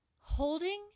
holding